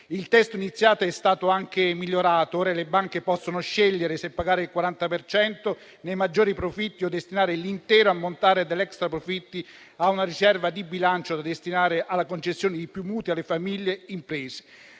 Il testo iniziale è stato migliorato e ora le banche possono scegliere se pagare il 40 per cento dei maggiori profitti o destinare l'intero ammontare degli extraprofitti a una riserva di bilancio da destinare alla concessione di più mutui alle famiglie e